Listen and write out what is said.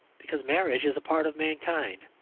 because marriage is a part of mankind.